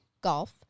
golf